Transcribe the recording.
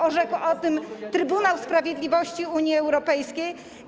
Orzekł o tym Trybunał Sprawiedliwości Unii Europejskiej.